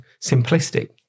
simplistic